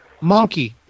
Monkey